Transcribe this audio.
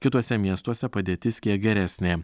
kituose miestuose padėtis kiek geresnė